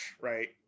right